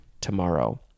tomorrow